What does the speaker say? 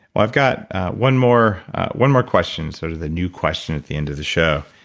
i've got one more one more question, sort of the new question at the end of the show,